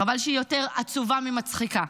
חבל שהיא יותר עצובה ממצחיקה.